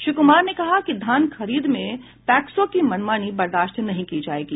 श्री कुमार ने कहा कि धान खरीद में पैक्सों की मनमानी बर्दास्त नहीं की जायेगी